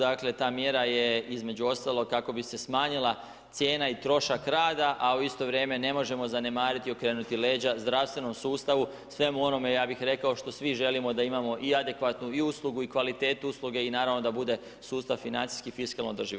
Dakle, ta mjera je između ostalog kako bi se smanjila cijena i trošak rada, a u isto vrijeme ne možemo zanemariti i okrenuti leđa zdravstvenom sustavu, svemu onome ja bih rekao što svi želimo da imamo i adekvatnu i uslugu i kvalitetu usluge i naravno da bude sustav financijski, fiskalno održiv.